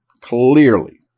Clearly